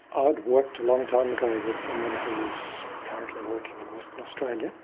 i'd worked a long time ago with someone who was currently working in western australia,